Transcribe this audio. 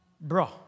Bro